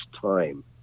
time